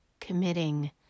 committing